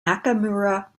nakamura